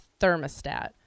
thermostat